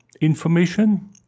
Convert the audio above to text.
information